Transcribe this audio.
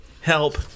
help